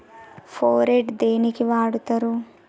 Phorate దేనికి వాడుతరు?